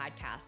Podcast